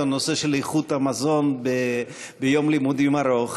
הנושא של איכות המזון ביום לימודים ארוך.